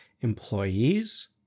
employees